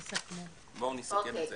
תסבירי לי איך זה